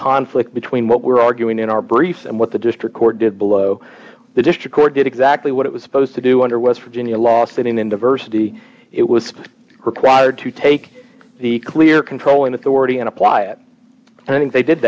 conflict between what we're arguing in our briefs and what the district court did blow the district court did exactly what it was supposed to do under west virginia law stating in diversity it was required to take the clear controlling authority and apply it and i think they did